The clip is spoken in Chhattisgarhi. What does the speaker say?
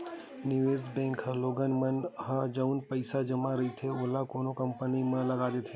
निवेस बेंक ह लोगन मन ह जउन पइसा जमा रहिथे ओला कोनो कंपनी म लगा देथे